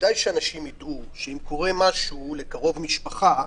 כדאי שאנשים ידעו שאם קורה משהו לקרוב משפחה,